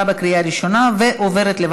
(איסור פרסום ונקיבה של מחיר בשטרי כסף או במעות שאינם הילך חוקי),